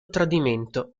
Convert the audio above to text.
tradimento